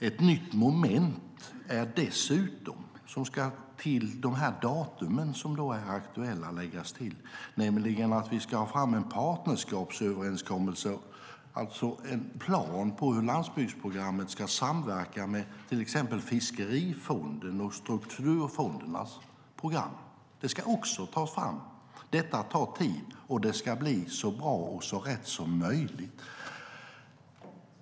Ett nytt moment som ska läggas till de aktuella datumen är att vi ska ha fram en partnerskapsöverenskommelse, alltså en plan för hur landsbygdsprogrammet ska samverka med till exempel fiskerifondens och strukturfondernas program. Den ska också tas fram. Detta tar tid, och det ska bli så bra och så rätt som möjligt.